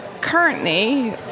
Currently